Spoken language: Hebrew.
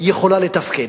יכולה לתפקד.